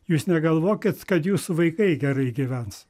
jūs negalvokit kad jūsų vaikai gerai gyvens